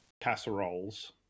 Casseroles